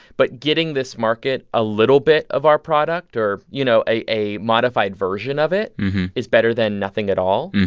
but getting this market a little bit of our product or, you know, a a modified version of it is better than nothing at all.